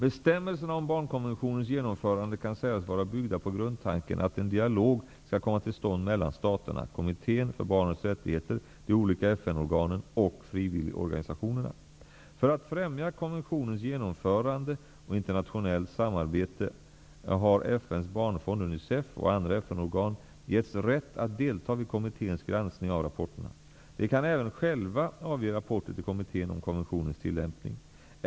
Bestämmelserna om barnkonventionens genomförande kan sägas vara byggda på grundtanken att en dialog skall komma till stånd mellan staterna, kommittén för barnets rättigheter, de olika FN-organen och frivilligorganisationerna. För att främja konventionens genomförande och internationellt samarbete har FN:s barnfond och andra FN-organ getts rätt att delta vid kommitténs granskning av rapporterna. De kan även själva avge rapporter till kommittén om konventionens tillämpning.